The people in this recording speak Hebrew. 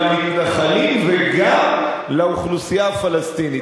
למתנחלים וגם לאוכלוסייה הפלסטינית.